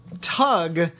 Tug